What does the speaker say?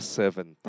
seven